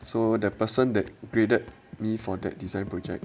so the person that graded me for that design project